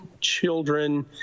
children